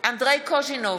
אנדרי קוז'ינוב,